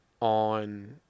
on